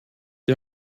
die